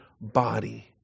body